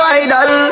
idol